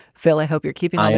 phil, i hope you're keeping. like